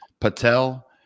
Patel